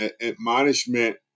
Admonishment